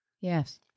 Yes